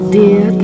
dear